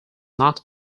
not